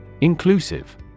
Inclusive